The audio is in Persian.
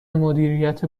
مدیریت